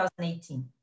2018